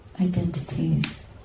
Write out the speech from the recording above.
identities